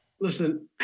Listen